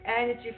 energy